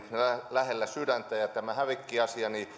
lähellä sydäntä tähän hävikkiasiaan